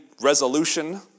resolution